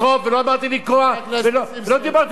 ולא דיברתי בסוגיה הזאת בכלל.